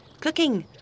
cooking